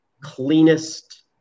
cleanest